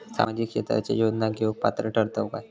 सामाजिक क्षेत्राच्या योजना घेवुक पात्र ठरतव काय?